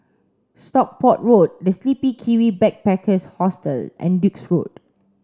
Stockport Road The Sleepy Kiwi Backpackers Hostel and Duke's Road